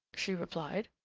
she replied,